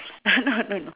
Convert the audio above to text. no no no